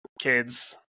kids